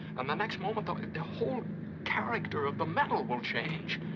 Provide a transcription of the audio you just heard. and the next moment the the whole character of the metal will change.